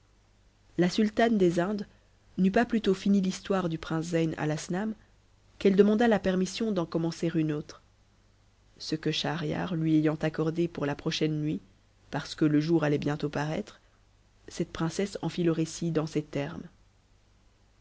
la sultane des indes n'eut pas plutôt fini l'histoire du prince zeynalasnam qu'elle demanda la permission d'en commencer une autre ce que schahriar lui ayant accordé pour la prochaine nuit parce que le jour allait bientôt paraître cette princesse en fit le récit dans ces termes